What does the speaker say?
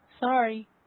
sorry